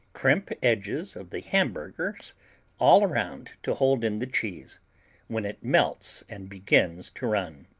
crimp edges of the hamburgers all around to hold in the cheese when it melts and begins to run.